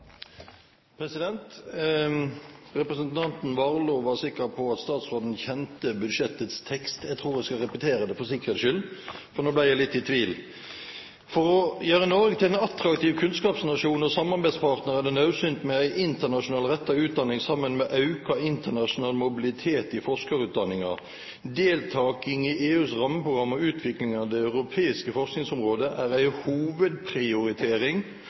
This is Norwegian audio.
Harberg. Representanten Warloe var sikker på at statsråden kjente budsjettets tekst. Jeg tror jeg skal repetere det for sikkerhets skyld, for nå ble jeg litt i tvil: «For å gjere Noreg til ein attraktiv kunnskapsnasjon og samarbeidspartnar er det naudsynt med ei internasjonalt retta utdanning saman med auka internasjonal mobilitet i forskarutdanninga. Deltaking i EUs rammeprogram og utviklinga av Det europeiske forskingsområdet er ei hovudprioritering